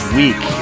week